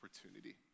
opportunity